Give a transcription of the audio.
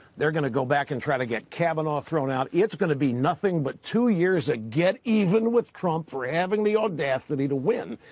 they are going to go back and try to get kavanaugh thrown out. it is going to be nothing but two years to get even with trump for having the audacity to win.